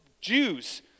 Jews